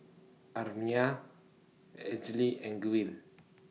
Amiah Elzy and Gwyn